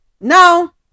now